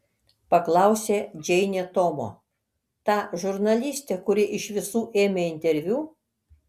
paklausė džeinė tomo ta žurnalistė kuri iš visų ėmė interviu